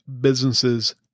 businesses